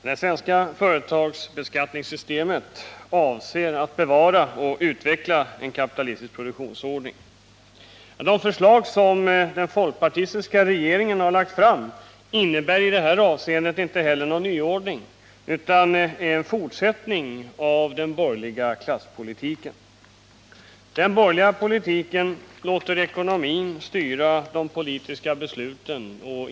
Herr talman! Det svenska företagsbeskattningssystemet avser att bevara och utveckla en kapitalistisk produktionsordning. De förslag som den folkpartistiska regeringen lagt fram innebär i detta avseende inte någon nyordning, utan en fortsättning av den borgerliga klasspolitiken. Den borgerliga politiken låter ekonomin styra de politiska besluten.